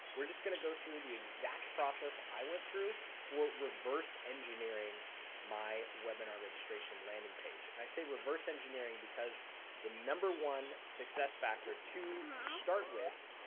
we are just going to go through the exact process i went through for reverse engineering my webinar registration landing page, and i say reverse engineering because the number one success factor to start with